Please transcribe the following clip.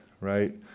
right